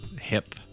hip